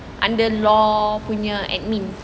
under law punya admin